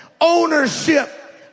ownership